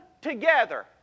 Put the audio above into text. together